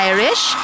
Irish